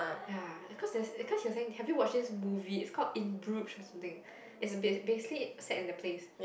ya cause there's cause he was saying have you watch this movie is called in Bruges or something it's bas~ basically set in the place